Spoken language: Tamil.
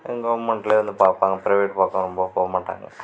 கவுர்மெண்ட்லேயே வந்து பார்ப்பாங்க பிரைவேட் பக்கம் ரொம்ப போக மாட்டாங்க